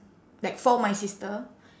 like for my sister